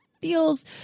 feels